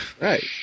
Right